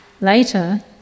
Later